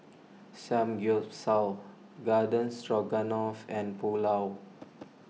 Samgyeopsal Garden Stroganoff and Pulao